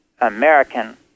American